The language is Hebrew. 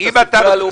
הספרייה הלאומית.